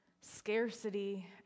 scarcity